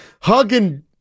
hugging